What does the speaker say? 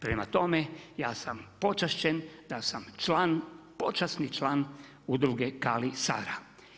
Prema tome, ja sam počašćen da sam počasni član udruge KALI SARA.